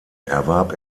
erwarb